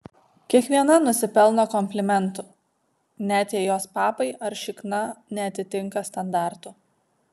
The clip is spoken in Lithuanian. kiekviena nusipelno komplimentų net jei jos papai ar šikna neatitinka standartų